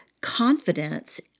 confidence